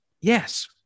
Yes